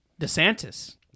DeSantis